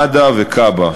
מד"א וכב"ה,